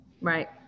right